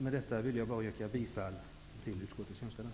Med detta yrkar jag bifall till utskottets hemställan.